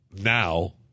Now